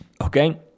Okay